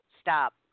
stop